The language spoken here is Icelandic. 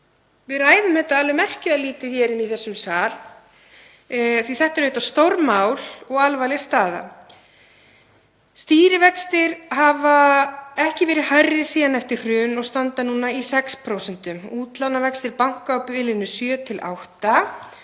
Við ræðum þetta alveg merkilega lítið í þessum sal því að þetta er auðvitað stórmál og alvarleg staða. Stýrivextir hafa ekki verið hærri síðan eftir hrun og standa núna í 6%. Útlánavextir banka eru á bilinu 7–8%.